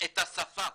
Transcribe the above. את השפה,